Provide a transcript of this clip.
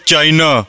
China